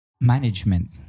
management